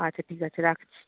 আচ্ছা ঠিক আছে রাখছি